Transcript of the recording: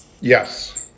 Yes